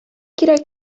кирәк